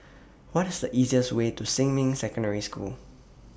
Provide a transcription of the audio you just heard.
What IS The easiest Way to Xinmin Secondary School